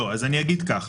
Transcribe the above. לא, אז אני אגיד ככה.